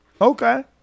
Okay